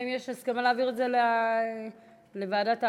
האם יש הסכמה להעביר את זה לוועדת העבודה,